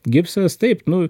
gipsas taip nu